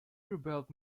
rebelled